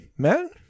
Man